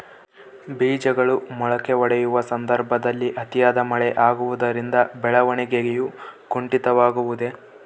ಬೇಜಗಳು ಮೊಳಕೆಯೊಡೆಯುವ ಸಂದರ್ಭದಲ್ಲಿ ಅತಿಯಾದ ಮಳೆ ಆಗುವುದರಿಂದ ಬೆಳವಣಿಗೆಯು ಕುಂಠಿತವಾಗುವುದೆ?